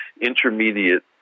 intermediate